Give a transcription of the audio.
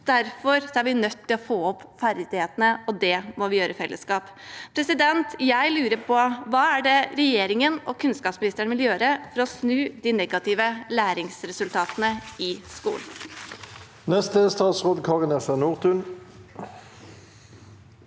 Derfor er vi nødt til å få opp ferdighetene, og det må vi gjøre i fellesskap. Jeg lurer på: Hva vil regjeringen og kunnskapsministeren gjøre for å snu de negative læringsresultatene i skolen? Statsråd Kari Nessa Nordtun